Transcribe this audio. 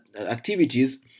activities